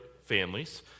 families